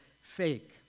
fake